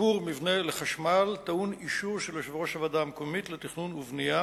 חיבור מבנה לחשמל טעון אישור של יושב-ראש הוועדה המקומית לתכנון ובנייה